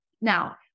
Now